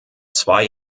zwei